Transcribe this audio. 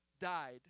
died